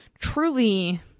truly